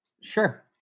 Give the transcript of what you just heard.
sure